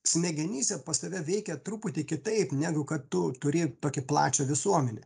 smegenyse pas tave veikia truputį kitaip negu kad tu turi tokį plačią visuomenę